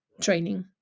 training